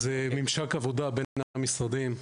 אז ממשק עבודה בין המשרדים,